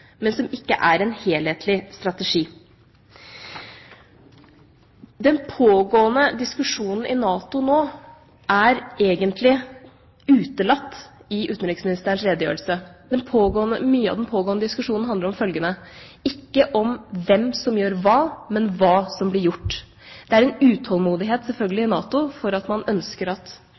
men som ikke er en helhetlig strategi. Den pågående diskusjonen i NATO nå er egentlig utelatt i utenriksministerens redegjørelse. Mye av den pågående diskusjonen handler ikke om hvem som gjør hva, men hva som blir gjort. Det er selvfølgelig en utålmodighet i NATO, for man ønsker at